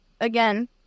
again